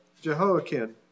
Jehoiakim